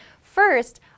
First